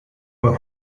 fue